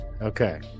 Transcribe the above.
okay